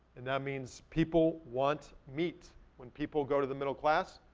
and that means people want meat. when people go to the middle class,